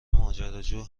ماجراجو